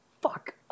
fuck